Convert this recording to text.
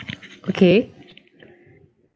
okay